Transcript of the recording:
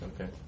Okay